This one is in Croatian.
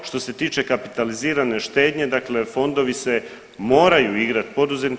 Što se tiče kapitalizirane štednje, dakle fondovi se moraju igrati poduzetnika.